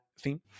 theme